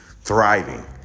thriving